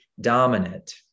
dominant